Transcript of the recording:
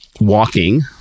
walking